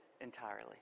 entirely